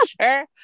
sure